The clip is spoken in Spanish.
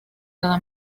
cada